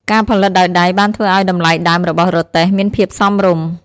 ការផលិតដោយដៃបានធ្វើឱ្យតម្លៃដើមរបស់រទេះមានភាពសមរម្យ។